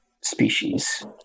species